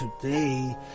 today